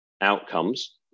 outcomes